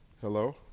hello